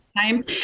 time